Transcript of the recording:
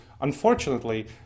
Unfortunately